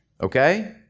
Okay